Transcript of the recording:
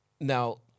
Now